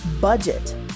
budget